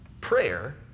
Prayer